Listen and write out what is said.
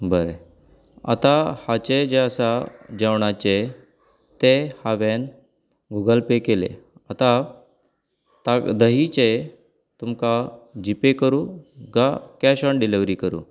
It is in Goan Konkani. बरें आतां हाचे जे आसा जेवणाचे तें हांवें गुगल पे केलें आतां ताक दहीचें तुमकां जी पे करूं काय कॅश ऑन डिलवरी करूं